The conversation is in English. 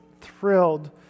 thrilled